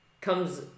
comes